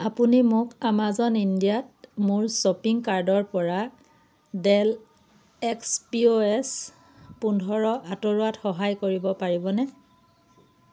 আপুনি মোক আমাজন ইণ্ডিয়াত মোৰ শ্বপিং কাৰ্টৰ পৰা Dell X P O S পোন্ধৰ আঁতৰোৱাত সহায় কৰিব পাৰিবনে